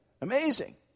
amazing